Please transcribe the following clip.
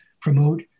promote